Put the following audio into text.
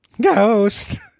Ghost